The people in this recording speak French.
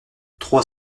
trois